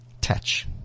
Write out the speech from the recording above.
touch